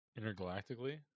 Intergalactically